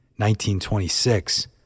1926